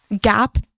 gap